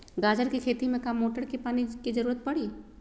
गाजर के खेती में का मोटर के पानी के ज़रूरत परी?